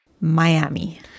Miami